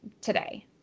today